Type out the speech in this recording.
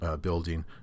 Building